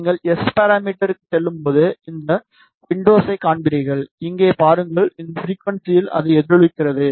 நீங்கள் எஸ் பாராமீட்டருக்கு செல்லும்போது இந்த விண்டோஸை காண்பீர்கள் இங்கே பாருங்கள் இந்த ஃபிரிக்குவன்ஸியில் அது எதிரொலிக்கிறது